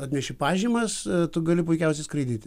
atneši pažymas tu gali puikiausiai skraidyti